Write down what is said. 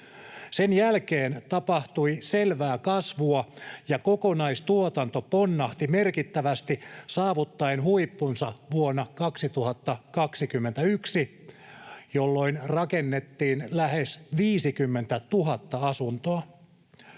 Sen jälkeen tapahtui selvää kasvua, ja kokonaistuotanto ponnahti merkittävästi saavuttaen huippunsa vuonna 2021, jolloin rakennettiin lähes 50 000 asuntoa.